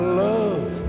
love